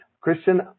Christian